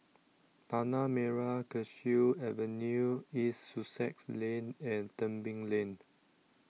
Tanah Merah Kechil Avenue East Sussex Lane and Tebing Lane